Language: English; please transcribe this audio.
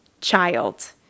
child